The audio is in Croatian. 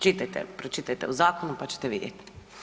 Čitajte, pročitajte u zakonu pa ćete vidjeti.